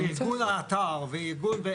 ארגון האתר,